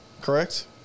correct